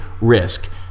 risk